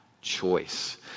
choice